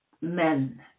men